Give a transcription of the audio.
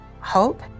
hope